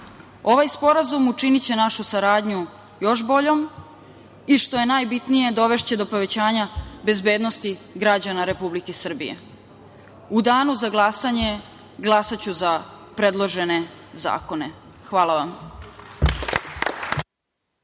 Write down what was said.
Ovaj Sporazum učiniće našu saradnju još boljom i što je najbitnije, dovešće do povećanja bezbednosti građana Republike Srbije.U Danu za glasanje glasaću za predložene zakone. Hvala.